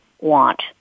want